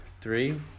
Three